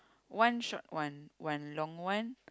one short one one long one